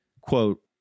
quote